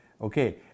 Okay